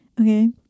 Okay